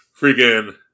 Freaking